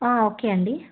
okay అండి